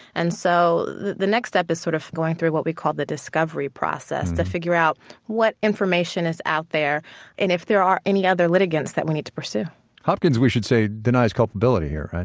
and so the next step is sort of going through what we call the discovery process to figure out what information is out there and if there are any other litigants that we need to pursue hopkins, we should say, denies culpability here